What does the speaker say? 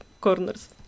corners